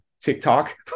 tiktok